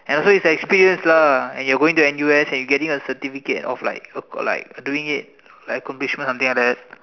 and also it's experience lah and you're going to N_U_S and you getting a certificate of like of like doing it like accomplishment something like that